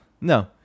no